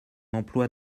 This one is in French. emplois